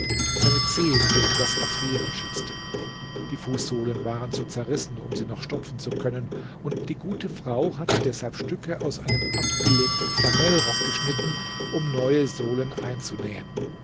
seine zehen gegen das erfrieren schützte die fußsohlen waren zu zerrissen um sie noch stopfen zu können und die gute frau hatte deshalb stücke aus einem abgelegten flanellrock geschnitten um neue sohlen einzunähen